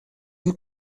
vous